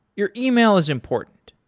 your email is important.